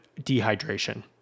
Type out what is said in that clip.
dehydration